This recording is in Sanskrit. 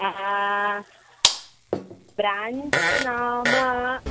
ब्राञ्च् नाम